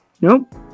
Nope